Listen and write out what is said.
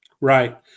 Right